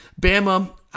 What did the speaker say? Bama